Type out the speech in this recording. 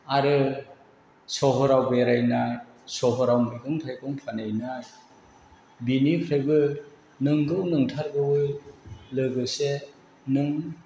आरो सहराव बेरायना सहराव मैगं थाइगं फानहैनाय बेनिफ्रायबो नंगौ नंथारगौयै लोगोसे नों